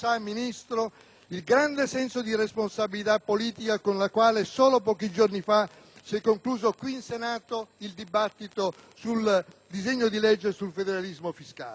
si è concluso qui in Senato il dibattito sul disegno di legge sul federalismo fiscale. Ci siamo astenuti, pur in presenza di numerose e consistenti incognite